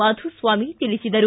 ಮಾಧುಸ್ವಾಮಿ ತಿಳಿಸಿದರು